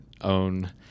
own